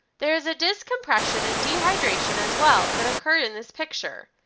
there is a disk compression and dehydration as well that occur in this picture.